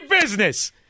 business